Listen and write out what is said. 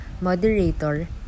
moderator